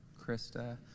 Krista